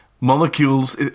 Molecules